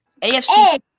AFC